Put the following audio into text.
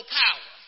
power